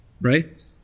Right